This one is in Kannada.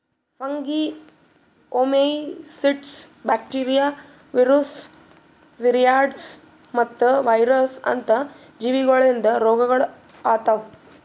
fungi, oomycetes, bacteria, viruses, viroids ಮತ್ತ ವೈರಸ್ ಅಂತ ಜೀವಿಗೊಳಿಂದ್ ರೋಗಗೊಳ್ ಆತವ್